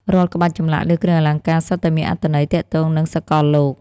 រាល់ក្បាច់ចម្លាក់លើគ្រឿងអលង្ការសុទ្ធតែមានអត្ថន័យទាក់ទងនឹងសកលលោក។